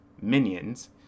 Minions